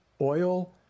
oil